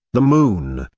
the moon,